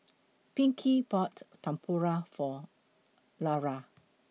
Pinkie bought Tempura For Lara